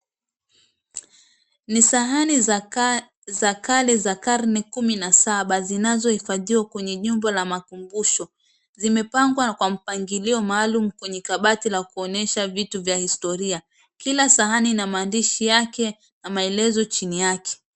Ni sahani za kale za karne kumi na saba zinazo hifadhiwa kwenye nyumba la makumbusho. Zimepangwa kwa mpangilio maalum kwenye kabati la kuonyesha vitu vya historia. Kila sahani na maandishi yake na maelezo chini yake.